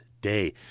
day